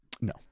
No